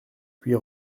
puis